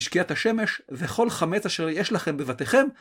שקיעת השמש וכל חמץ אשר יש לכם בבתיכם.